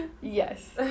Yes